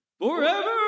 forever